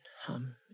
hum